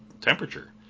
temperature